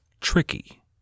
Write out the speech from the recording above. tricky